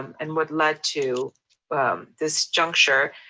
and what lead to this juncture.